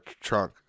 trunk